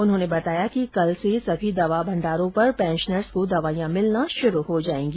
उन्होंने बताया कि कल से सभी दवा भण्डारों पर पेंशनर्स को दवाइयां मिलना शुरू हो जायेगी